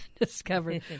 discovered